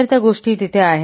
तर त्या गोष्टी तिथे आहेत